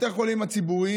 בתי החולים הציבוריים,